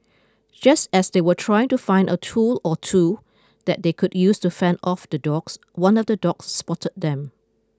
just as they were trying to find a tool or two that they could use to fend off the dogs one of the dogs spotted them